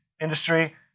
industry